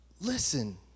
Listen